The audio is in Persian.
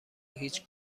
هیچ